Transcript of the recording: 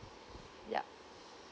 yup